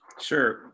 Sure